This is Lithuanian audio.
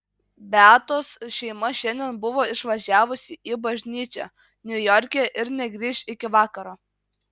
beatos šeima šiandien buvo išvažiavusi į bažnyčią niujorke ir negrįš iki vakaro